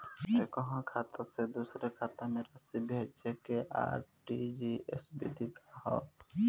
एकह खाता से दूसर खाता में राशि भेजेके आर.टी.जी.एस विधि का ह?